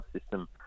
system